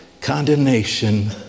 condemnation